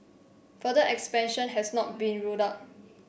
further expansion has not been ruled out